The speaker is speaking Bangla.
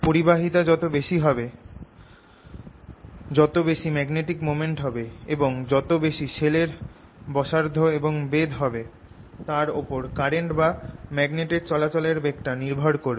পরিবাহিতা যত বেশি হবে যত বেশি ম্যাগনেটিক মোমেন্ট হবে এবং যত বেশি শেল এর ব্যাসার্ধ এবং বেধ হবে তার ওপর কারেন্ট বা ম্যাগনেট এর চলাচল এর বেগটা নির্ভর করবে